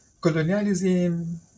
Colonialism